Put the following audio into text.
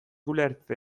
ulertze